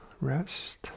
rest